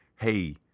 hey